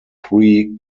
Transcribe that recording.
three